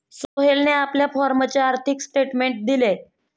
सोहेलने आपल्या फॉर्मचे आर्थिक स्टेटमेंट दिले